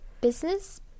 business